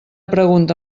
pregunta